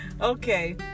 Okay